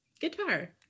Guitar